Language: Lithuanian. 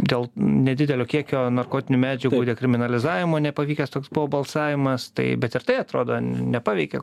dėl nedidelio kiekio narkotinių medžiagų dekriminalizavimo nepavykęs toks buvo balsavimas tai bet ir tai atrodo nepaveikė